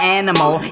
animal